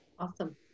Awesome